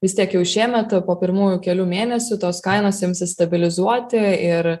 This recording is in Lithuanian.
vis tiek jau šiemet po pirmųjų kelių mėnesių tos kainos imsis stabilizuoti ir